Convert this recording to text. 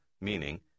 Meaning